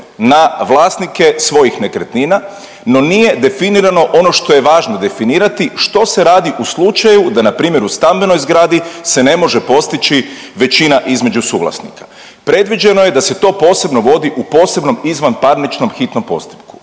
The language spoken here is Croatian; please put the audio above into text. na vlasnike svojih nekretnina. No nije definirano ono što je važno definirati, što se radi u slučaju da npr. u stambenoj zgradi se ne može postići većina između suvlasnika. Predviđeno je da se to posebno vodi u posebnom izvanparničnom hitnom postupku